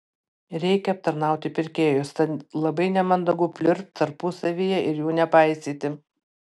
reikia aptarnauti pirkėjus tad labai nemandagu pliurpt tarpusavyje ir jų nepaisyti